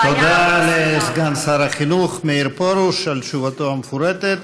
תודה לסגן שר החינוך מאיר פרוש על תשובתו המפורטת.